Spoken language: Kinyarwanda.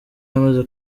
yamaze